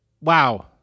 Wow